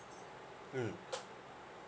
mm